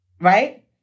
right